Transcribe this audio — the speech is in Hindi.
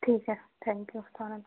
ठीक है थैंक यू